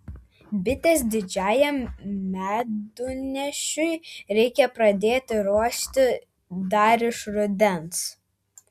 bites didžiajam medunešiui reikia pradėti ruošti dar iš rudens